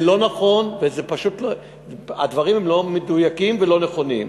זה לא נכון ופשוט הדברים הם לא מדויקים ולא נכונים.